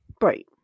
Right